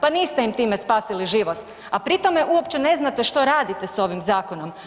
Pa niste im time spasili život a pri tome uopće ne znate što radite sa ovim zakonom.